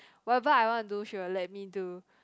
whatever I want to do she will let me do